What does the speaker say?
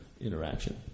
interaction